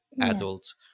adults